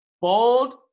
Bold